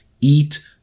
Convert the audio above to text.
eat